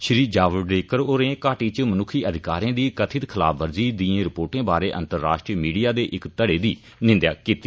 श्री जावडेकर होरें घाटी च मनुक्खी अधिकारें दी कथित खलाफवर्जी दिएं रिपोर्टे बारै अंतर्राश्ट्री मीडिया दे इक धड़े दी निंदेआ कीती